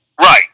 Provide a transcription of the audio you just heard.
Right